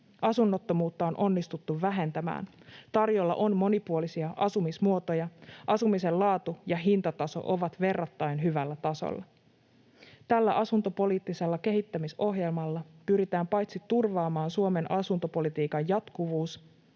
Asunnottomuutta on onnistuttu vähentämään. Tarjolla on monipuolisia asumismuotoja. Asumisen laatu ja hintataso ovat verrattain hyvällä tasolla. Tällä asuntopoliittisella kehittämisohjelmalla pyritään paitsi turvaamaan Suomen asuntopolitiikan jatkuvuus